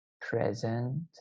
present